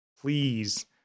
please